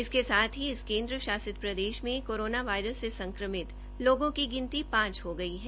इसके साथ ही इस केन्द्र शासित प्रदेश में कोरोना वायरस से संक्रमित लोगों की गिनती पांच हो गई है